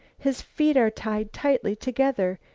his feet are tied tightly together!